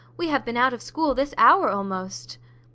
we have been out of school this hour almost.